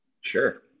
Sure